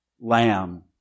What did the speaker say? lamb